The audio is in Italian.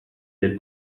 del